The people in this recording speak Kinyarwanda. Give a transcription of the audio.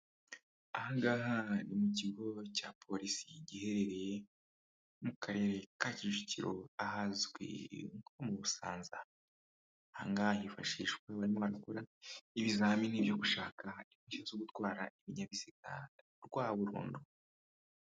Aha ngaha ni mu kigo cya polisi giherereye mu karere ka Kicukiro ahazwi nko mu busanza hangaha hifashishwa barimo barakora ibizamini byo gushaka inshya zo gutwara ibinyabiziga rw'aburundu.